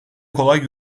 kolay